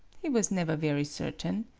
he was never very certain.